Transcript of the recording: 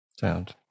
Sound